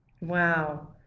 Wow